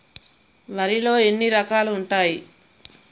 వరిలో ఎన్ని రకాలు ఉంటాయి?